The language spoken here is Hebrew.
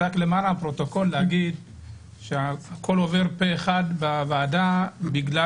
להגיד למען הפרוטוקול שהכול עובר פה אחד בוועדה בגלל